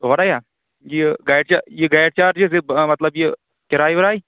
اورَے یا گاڑِ چا یہِ گاڑِ چارجِس یہِ مطلب یہِ کِراے وِراے